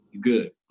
good